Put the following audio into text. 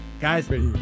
Guys